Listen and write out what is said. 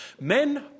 Men